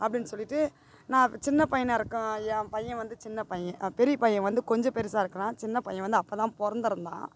அப்படின்னு சொல்லிட்டு நான் சின்ன பையனாக இருக்க என் பையன் வந்து சின்ன பையன் பெரிய பையன் வந்து கொஞ்சம் பெருசாக இருக்கிறான் சின்ன பையன் வந்து அப்போதான் பிறந்துருந்தான்